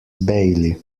bailey